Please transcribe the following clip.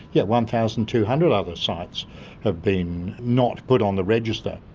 yeah, one thousand two hundred other sites have been not put on the register.